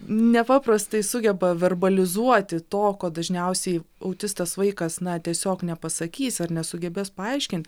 nepaprastai sugeba verbalizuoti to ko dažniausiai autistas vaikas na tiesiog nepasakys ar nesugebės paaiškint